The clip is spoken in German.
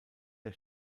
der